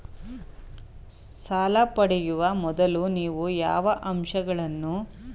ಸಾಲ ಪಡೆಯುವ ಮೊದಲು ನೀವು ಯಾವ ಅಂಶಗಳನ್ನು ಪರಿಗಣಿಸಬೇಕು?